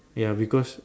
ya because